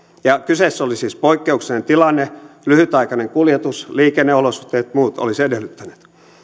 kyseessä oli siis poikkeuksellinen tilanne lyhytaikainen kuljetus liikenneolosuhteet tai muut olisivat edellyttäneet